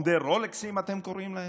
"עונדי רולקסים" אתם קוראים להם,